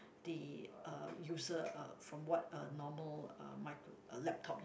the uh user uh from what a normal uh micro laptop